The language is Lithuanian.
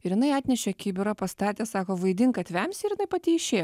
ir jinai atnešė kibirą pastatė sako vaidink kad vemsi ir jinai pati išėjo